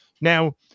Now